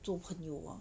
做朋友 ah